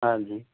ਹਾਂਜੀ